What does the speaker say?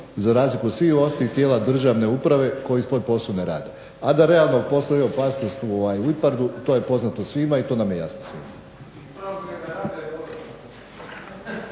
za razliku od svih ostalih tijela državne uprave koji svoj posao ne rade. A da realno postoji opasnost u IPARD-u to je poznato svima i to nam je jasno svima.